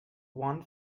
one